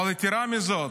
יתרה מזאת,